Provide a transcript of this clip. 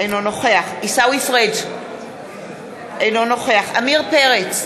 אינו נוכח עיסאווי פריג' אינו נוכח עמיר פרץ,